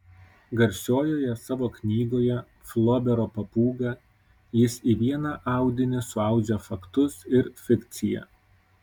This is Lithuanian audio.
garsiojoje savo knygoje flobero papūga jis į vieną audinį suaudžia faktus ir fikciją